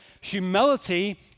humility